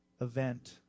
event